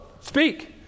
speak